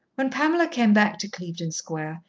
when pamela came back to clevedon square,